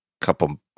couple –